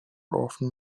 often